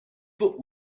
foot